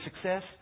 success